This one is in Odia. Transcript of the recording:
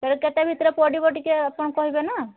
କେତେ ଭିତରେ ପଡ଼ିବ ଆପଣ ଟିକିଏ କହିବେ ନା